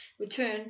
return